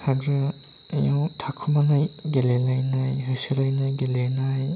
हाग्रायाव थाखुमालायनाय गेलेलायनाय होसोलायनाय गेलेनाय